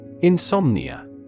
Insomnia